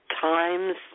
time's